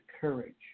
courage